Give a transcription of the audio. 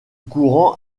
courant